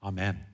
Amen